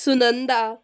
Sunanda